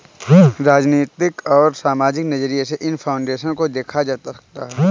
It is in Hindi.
राजनीतिक और सामाजिक नज़रिये से इन फाउन्डेशन को देखा जा सकता है